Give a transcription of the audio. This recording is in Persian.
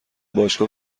باشگاه